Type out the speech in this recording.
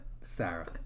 Sarah